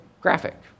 graphic